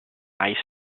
ice